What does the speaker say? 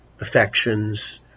affections